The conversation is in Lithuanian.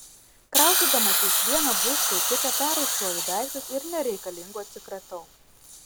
kraustydamasi iš vieno būsto į kitą perrūšiuoju daiktus ir nereikalingų atsikratau